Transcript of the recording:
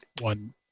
one